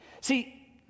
See